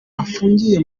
afungiye